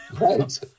Right